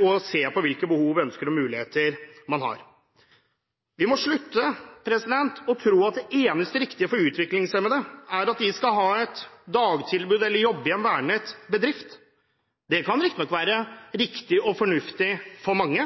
og se på hvilke behov, ønsker og muligheter man har. Vi må slutte å tro at det eneste riktige for utviklingshemmede er at de skal ha et dagtilbud eller jobbe i en vernet bedrift. Det kan riktignok være riktig og fornuftig for mange,